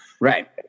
Right